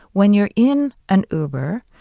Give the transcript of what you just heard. when you're in an uber,